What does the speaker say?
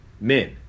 men